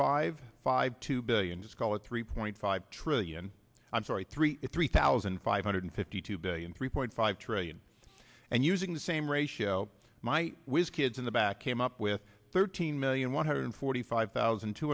five five two billion just call it three point five trillion i'm sorry three three thousand five hundred fifty two billion three point five trillion and using the same ratio my whiz kids in the back came up with thirteen million one hundred forty five thousand two